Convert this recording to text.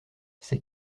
ses